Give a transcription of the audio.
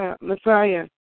Messiah